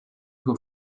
who